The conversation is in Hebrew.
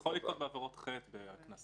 זה יכול לקרות חטא וקנסות.